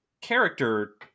character